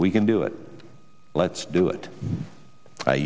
we can do it let's do it